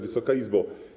Wysoka Izbo!